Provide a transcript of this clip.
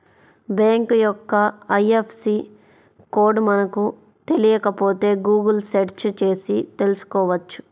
bank యొక్క IFSC code మనకు తెలియకపోతే గుగుల్ సెర్చ్ చేసి తెల్సుకోవచ్చు